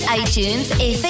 iTunes